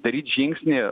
daryt žingsnį